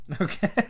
Okay